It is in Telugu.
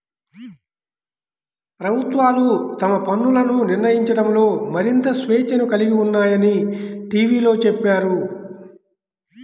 ప్రభుత్వాలు తమ పన్నులను నిర్ణయించడంలో మరింత స్వేచ్ఛను కలిగి ఉన్నాయని టీవీలో చెప్పారు